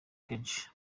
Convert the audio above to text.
kenshi